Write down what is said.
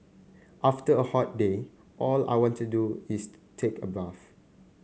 after a hot day all I want to do is take a bath